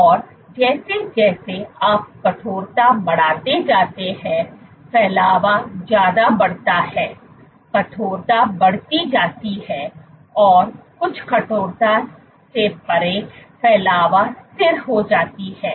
और जैसे जैसे आप कठोरता बढ़ाते जाते हैं फैलावा ज्यादा बढ़ता है कठोरता बढ़ती जाती है और कुछ कठोरता से परे फैलावा स्थिर होती जाती है